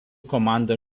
komanda